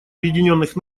объединенных